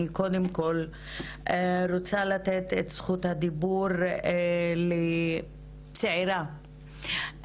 אני רוצה קודם כל לתת את זכות הדיבור לצעירה אמיצה.